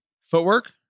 Footwork